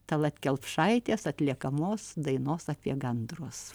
tallat kelpšaitės atliekamos dainos apie gandrus